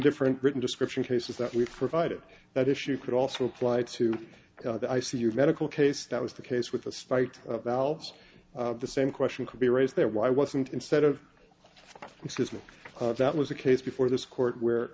different written description cases that we provided that issue could also apply to the i c u of medical case that was the case with the spite of elves the same question could be raised there why wasn't instead of excuse me that was a case before this court where